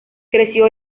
creció